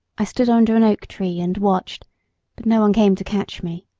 i stood under an oak tree and watched, but no one came to catch me.